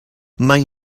mai